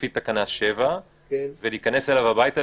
לפי תקנה 7. להיכנס אליו הביתה,